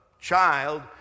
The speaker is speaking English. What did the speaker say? child